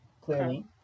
clearly